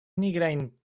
nigrajn